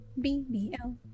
BBL